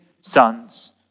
sons